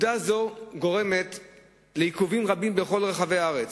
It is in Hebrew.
הדבר גורם לעיכובים רבים בכל רחבי הארץ.